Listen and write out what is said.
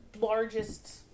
largest